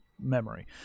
memory